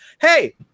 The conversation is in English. Hey